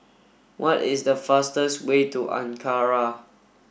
what is the fastest way to Ankara